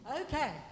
Okay